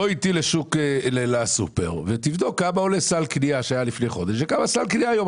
בוא איתי לסופר ותבדוק כמה עולה סל קנייה לפני חודש וכמה סל קנייה היום.